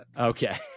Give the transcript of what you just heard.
Okay